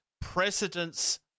precedence